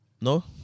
no